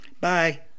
Bye